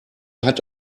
hat